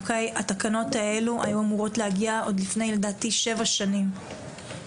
התקנות האלה היו אמורות להגיע לפני שבע שנים,